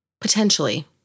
Potentially